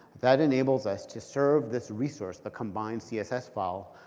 that enables us to serve this resource, a combined css file,